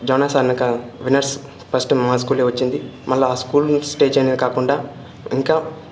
zonals ఆడినాక winners first మా స్కూలే వచ్చింది మళ్ళీ ఆ స్కూల్ స్టేజ్ అనే కాకుండా ఇంకా